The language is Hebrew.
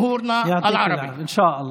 חיוביים רבים: החרגת צווים שיפוטיים ונקודות אחרות.